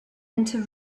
into